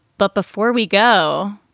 but before we go,